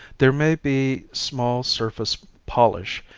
there may be small surface polish,